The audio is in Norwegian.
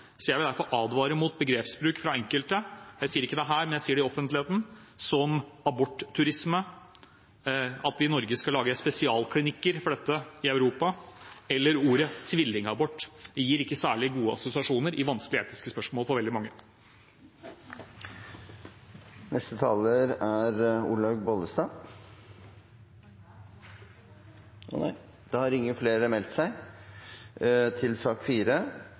Jeg vil derfor advare mot begrepsbruk fra enkelte – jeg sier det ikke her, men jeg sier det i offentligheten – som abortturisme, at vi i Norge skal lage spesialklinikker for dette i Europa, eller ordet «tvillingabort». Det gir ikke særlig gode assosiasjoner i etisk vanskelige spørsmål for mange. Flere har ikke bedt om ordet til sak nr. 4. Etter ønske fra helse- og omsorgskomiteen vil presidenten foreslå at taletiden blir begrenset til